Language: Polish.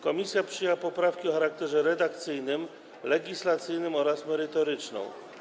Komisja przyjęła poprawki o charakterze redakcyjnym, legislacyjnym oraz merytoryczną.